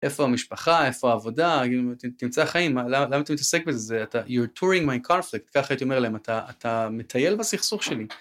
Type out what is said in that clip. איפה המשפחה, איפה העבודה, תמצא חיים, למה אתה מתעסק בזה, אתה... אתה מטייל בסכסוך שלי. ככה הייתי אומר להם, אתה מטייל בסכסוך שלי.